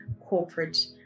corporate